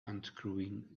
unscrewing